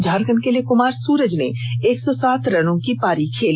झारखंड के लिए कुमार सूरज ने एक सौ सात रनों की पारी खेली